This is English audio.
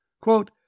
Quote